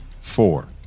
four